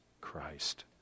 Christ